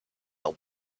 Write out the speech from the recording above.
able